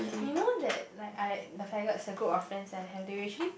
you know that like I the faggots the group of friends that I have they've actually